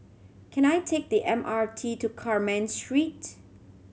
can I take the M R T to Carmen Street